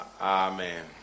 Amen